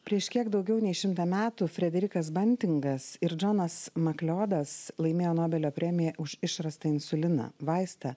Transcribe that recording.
prieš kiek daugiau nei šimtą metų frederikas bantingas ir džonas makliodas laimėjo nobelio premiją už išrastą insuliną vaistą